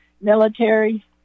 military